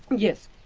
yes.